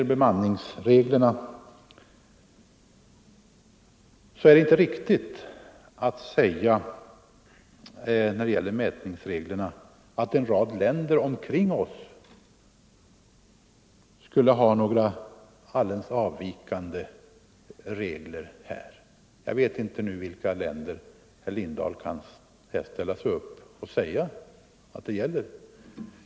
Det är inte riktigt att säga att en rad länder omkring oss skulle ha några helt avvikande mätningsregler. Jag vet inte nu vilka länder herr Lindahl i Hamburgsund kan ställa sig upp och säga att det gäller.